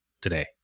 Today